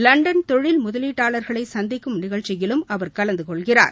London தொழில் முதலீட்டாளர்களை சந்திக்கும் நிகழ்ச்சியிலும் அவர் கலந்து கொள்கிறார்